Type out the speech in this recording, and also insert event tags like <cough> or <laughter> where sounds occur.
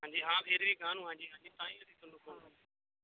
ਹਾਂਜੀ ਹਾਂ <unintelligible> ਜੀ ਕਾਹਨੂੰ ਹਾਂਜੀ ਹਾਂਜੀ ਤਾਂ ਹੀ ਅਸੀਂ ਤੁਹਾਨੂੰ ਫੋਨ ਕਰਿਆ